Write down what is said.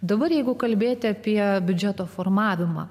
dabar jeigu kalbėti apie biudžeto formavimą